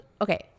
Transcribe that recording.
okay